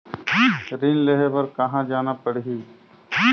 ऋण लेहे बार कहा जाना पड़ही?